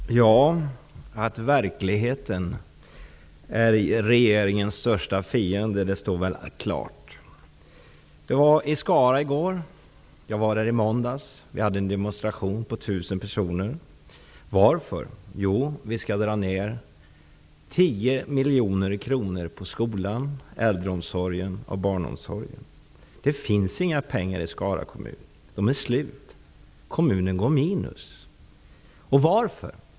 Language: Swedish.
Fru talman! Att verkligheten är regeringens största fiende står väl klart. I går var jag i Skara. Jag var i Skara också i måndags. Vi var 1 000 personer som hade en demonstration. Varför? Jo, Skara kommun skall dra ner med 10 miljoner beträffande skolan, äldreomsorgen och barnomsorgen. Det finns nämligen inga pengar i Skara kommun. Pengarna har tagit slut. Kommunens ekonomi går med minus. Varför?